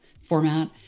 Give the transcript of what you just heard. format